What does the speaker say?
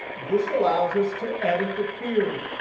this allows us to edit the query.